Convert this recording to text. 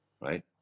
right